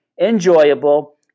enjoyable